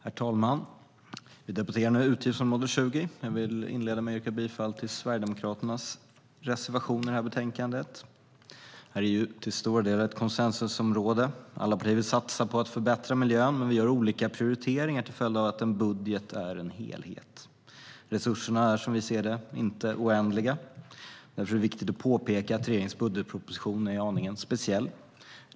Herr talman! Vi debatterar nu utgiftsområde 20, och jag vill inleda med att yrka bifall till Sverigedemokraternas reservation i det här betänkandet. Det här är till stora delar ett konsensusområde. Alla partier vill satsa på att förbättra miljön, men vi gör olika prioriteringar till följd av att en budget är en helhet. Resurserna är, som vi ser det, inte oändliga. Därför är det viktigt att påpeka att regeringens budgetproposition är aningen speciell.